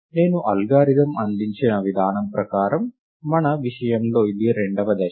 నేను అల్గోరిథం అందించిన విధానం ప్రకారం మన విషయంలో ఇది రెండవ దశ